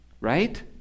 right